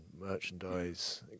merchandise